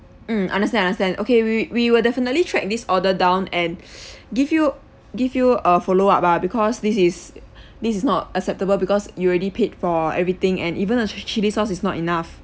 mm understand understand okay we we will definitely track this order down and give you give you a follow up lah because this is this is not acceptable because you already paid for everything and even the chi~ chilli sauce is not enough